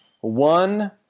one